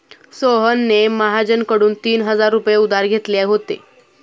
सोहनने महाजनकडून तीन हजार रुपये उधार घेतले होते